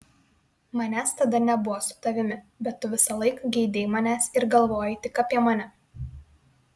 manęs tada nebuvo su tavimi bet tu visąlaik geidei manęs ir galvojai tik apie mane